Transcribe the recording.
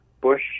Bush